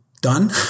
Done